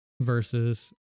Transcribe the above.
versus